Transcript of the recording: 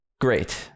Great